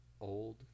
old